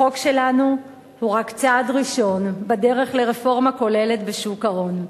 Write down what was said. החוק שלנו הוא רק צעד ראשון בדרך לרפורמה כוללת בשוק ההון.